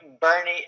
Bernie